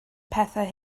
pethau